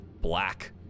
black